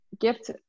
gift